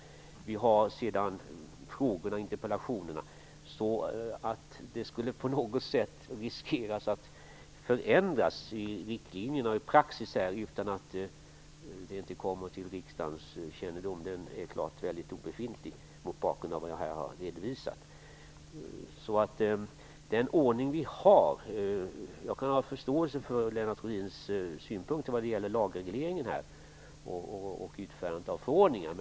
Därutöver tillkommer frågor och interpellationer. Risken för att riktlinjerna och praxis skulle förändras utan att det inte kom till riksdagens kännedom är obefintlig, mot bakgrund av vad jag här har sagt. Jag kan ha förståelse för Lennart Rohdins synpunkter när det gäller lagregleringen och utfärdandet av förordningar.